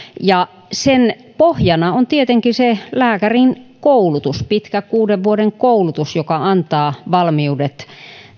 sen pohjana on tietenkin se lääkärin koulutus pitkä kuuden vuoden koulutus joka antaa valmiudet